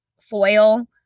foil